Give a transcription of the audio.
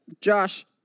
Josh